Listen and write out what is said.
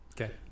Okay